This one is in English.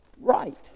right